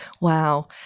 wow